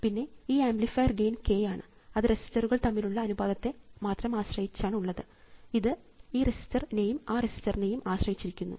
പിന്നെ ഈ amplifier gain k ആണ് അത് റെസിസ്റ്ററുകൾ തമ്മിലുള്ള അനുപാതത്തെ മാത്രം ആശ്രയിച്ചാണ് ഉള്ളത് ഇത് ഈ റെസിസ്റ്റർ നെയും ആ റെസിസ്റ്റർ നെയും ആശ്രയിച്ചിരിക്കുന്നു